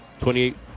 28